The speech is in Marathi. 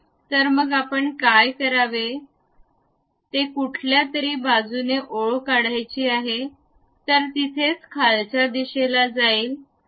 तर मग आपण काय करावे ते कुठल्यातरी बाजूने ओळ काढायचे आहे तर तिथेच खालच्या दिशेला जाईल